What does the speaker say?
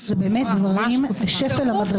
זה ממש שפל המדרגה.